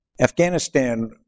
Afghanistan